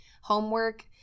homework